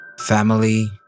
family